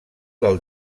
del